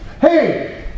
Hey